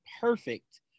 perfect